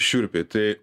šiurpiai tai